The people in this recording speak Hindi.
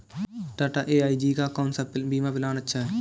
टाटा ए.आई.जी का कौन सा बीमा प्लान अच्छा है?